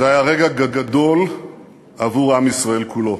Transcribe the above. זה היה רגע גדול עבור עם ישראל כולו.